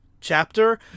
chapter